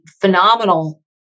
phenomenal